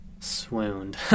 swooned